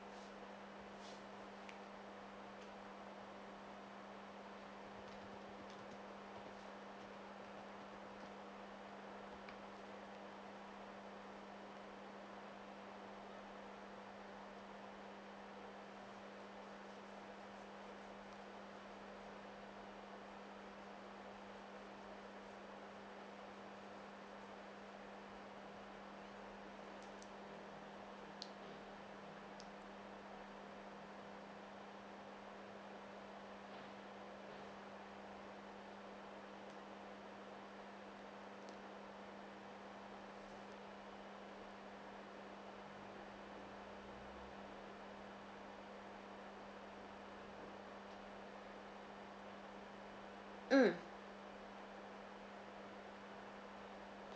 mm